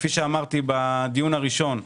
כפי שאמרתי בדיון הראשון,